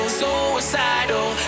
suicidal